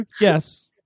yes